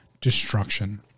destruction